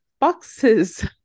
boxes